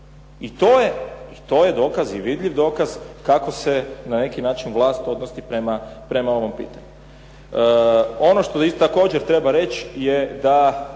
I to je dokaz i vidljiv dokaz kako se na neki način vlast odnosi prema ovom pitanju. Ono što također treba reći je da